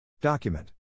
Document